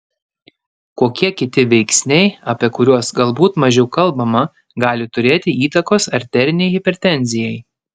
kokie kiti veiksniai apie kurios galbūt mažiau kalbama gali turėti įtakos arterinei hipertenzijai